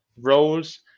roles